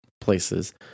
places